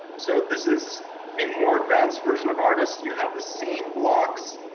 so this is a more advanced version of artists. you have the same blocks,